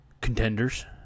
contenders